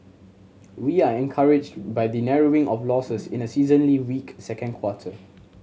we are encouraged by the narrowing of losses in a seasonally weak second quarter